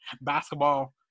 basketball